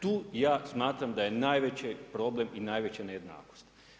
Tu ja smatram da je najveći problem i najveća nejednakost.